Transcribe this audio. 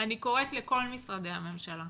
אני קוראת לכל משרדי הממשלה